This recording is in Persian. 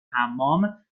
حمام